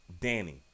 Danny